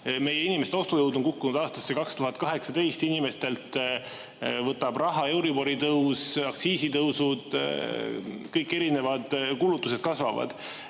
Meie inimeste ostujõud on kukkunud aastasse 2018, inimestelt võtab raha nii euribori tõus kui ka aktsiisitõusud ja kõik kulutused kasvavad.